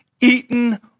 eaten